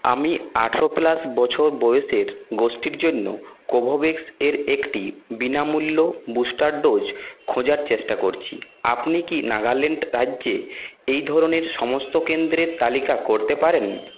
আমি আঠেরো প্লাস বছর বয়সের গোষ্ঠীর জন্য কোভোভ্যাক্স এর একটি বিনামূল্য বুস্টার ডোজ খোঁজার চেষ্টা করছি আপনি কি নাগাল্যান্ড রাজ্যে এই ধরনের সমস্ত কেন্দ্রের তালিকা করতে পারেন